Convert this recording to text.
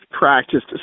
practiced